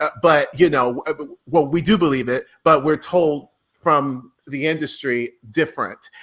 but but you know what we do believe it, but we're told from the industry different.